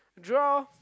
draw